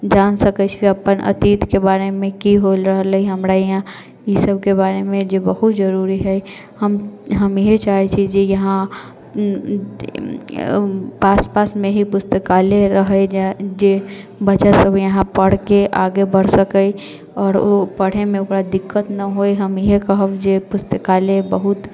जान सकै छै अपन अतीतके बारेमे की हो रहलै हँ हमरा यहाँ ई सबके बारेमे जे बहुत जरूरी हइ हम इएह चाहै छी जे यहाँ पास पासमे ही पुस्तकालय रहै जे बच्चा सब यहाँ पढ़िके आगे बढ़ि सके आओर ओ पढ़ैमे ओकरा दिक्कत नहि होइ हम यही कहब जे पुस्तकालय बहुत